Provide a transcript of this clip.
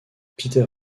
peter